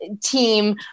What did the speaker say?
team